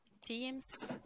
teams